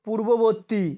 পূর্ববর্তী